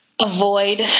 avoid